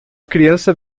criança